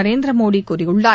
நரேந்திர மோடி கூறியுள்ளார்